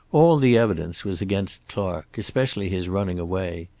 all the evidence was against clark, especially his running away.